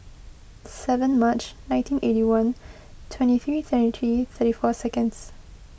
seven March nineteen eight one twenty three twenty three thirty four seconds